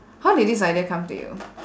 how did this idea come to you